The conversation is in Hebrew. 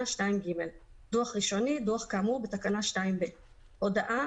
2(ג); "דוח ראשוני" דוח כאמור בתקנה 2(ב); "הודעה"